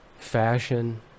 Fashion